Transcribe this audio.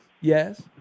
Yes